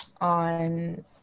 on